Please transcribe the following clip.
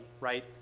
right